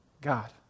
God